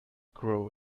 grow